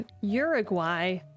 Uruguay